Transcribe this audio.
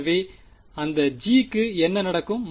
எனவே அந்த g க்கு என்ன நடக்கும்